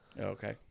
Okay